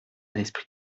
l’esprit